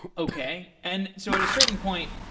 okay. and so at a certain point,